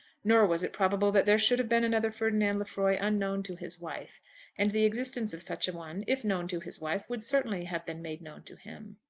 nor was it probable that there should have been another ferdinand lefroy unknown to his wife and the existence of such a one, if known to his wife, would certainly have been made known to him.